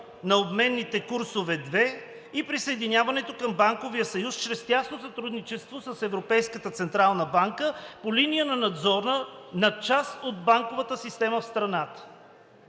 на обменните курсове II и присъединяването към Банковия съюз чрез тясно сътрудничество с Европейската централна банка по линия на надзора на част от банковата система в страната.